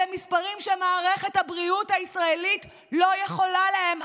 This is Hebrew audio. אלה מספרים שמערכת הבריאות הישראלית לא יכולה להם,